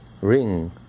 ring